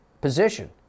position